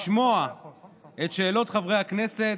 לשמוע את שאלות חברי הכנסת.